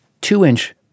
two-inch